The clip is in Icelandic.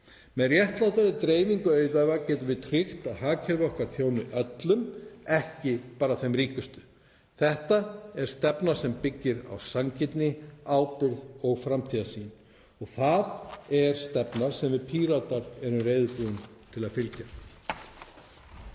Með réttlátri dreifingu auðæfa getum við tryggt að hagkerfi okkar þjóni öllum, ekki bara þeim ríkustu. Þetta er stefna sem byggist á sanngirni, ábyrgð og framtíðarsýn og það er stefnan sem við Píratar erum reiðubúin til að fylgja.